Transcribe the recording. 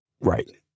Right